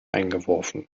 eingeworfen